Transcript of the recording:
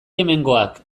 hemengoak